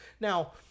now